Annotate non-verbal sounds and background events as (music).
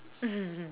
(laughs)